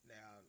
Now